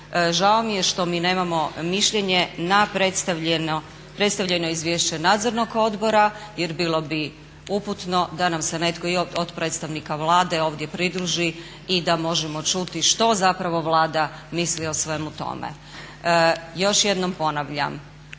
žao mi je što mi nemamo mišljenje na predstavljeno izvješće Nadzornog odbora jer bilo bi uputno da nam se netko i od predstavnika Vlade ovdje pridruži i da možemo čuti što zapravo Vlada misli o svemu tome. Još jednom ponavljam,